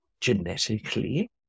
genetically